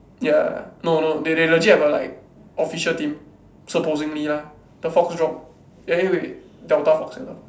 ya no no they they legit have a like official team supposing lah the fox drop eh wait delta fox delta fox yeah